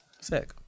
Sick